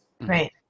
Right